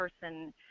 person